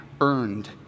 earned